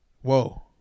Whoa